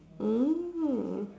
mm